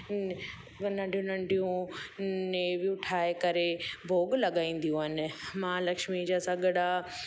नंढियूं नंढियूं नेवियूं ठाहे करे भोग लॻाईंदियूं आहिनि महालक्ष्मी जा सगिड़ा